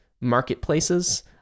marketplaces